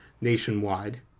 nationwide